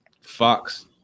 Fox